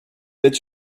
êtes